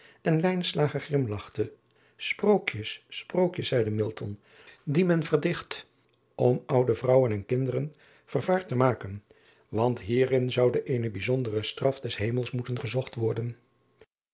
en grimlachte prookjes sprookjes zeide die men verdicht om oude vrouwen en kinderen vervaard te maken want hierin zou eene bijzondere straf des hemels moeten gezocht worden